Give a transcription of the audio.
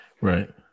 Right